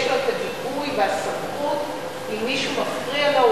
לו הגיבוי והסמכות שאם מישהו מפריע לו,